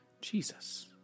Jesus